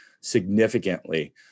significantly